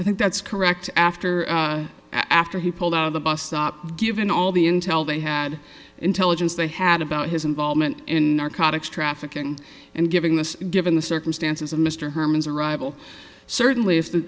i think that's correct after after he pulled out of the bus stop given all the intel they had intelligence they had about his involvement in our cottage trafficking and giving this given the circumstances of mr herman's arrival certainly if the